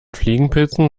fliegenpilzen